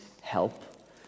help